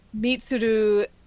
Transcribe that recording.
Mitsuru